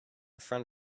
front